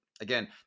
Again